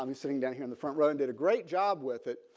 um sitting down here in the front row, and did a great job with it.